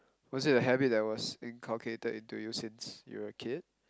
was it a habit that was inculcated into you since you were a kid